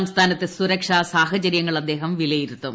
സംസ്ഥാനത്തെ സൂരക്ഷ സാഹചരൃങ്ങൾ അദ്ദേഹം വിലയിരുത്തും